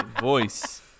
voice